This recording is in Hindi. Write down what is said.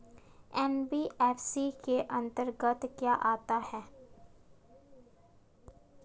एन.बी.एफ.सी के अंतर्गत क्या आता है?